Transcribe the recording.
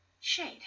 shade